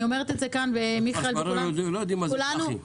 אני אומרת את זה כאן וכולנו -- לא יודעים מה זה צ"חים.